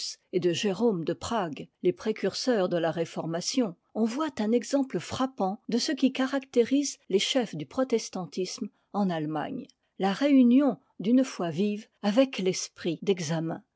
et de jérôme de prague les précurseurs de la réformation on voit un exemple frappant de ce qui caractérise les chefs du protestantisme en allemagne la réunion d'une foi vive avec l'esprit d'examen